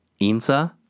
insa